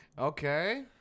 Okay